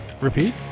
Repeat